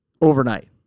overnight